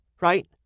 right